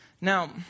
Now